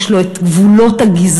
יש לו את גבולות הגזרה,